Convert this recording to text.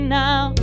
now